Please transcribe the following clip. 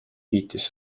kiitis